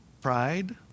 pride